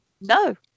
No